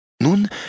Nun